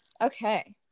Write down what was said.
okay